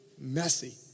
messy